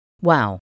Wow